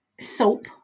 soap